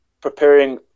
preparing